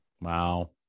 Wow